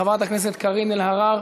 חברת הכנסת קארין אלהרר,